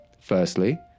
Firstly